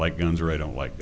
like guns or i don't like